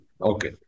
Okay